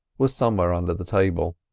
was somewhere under the table.